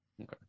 Okay